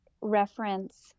reference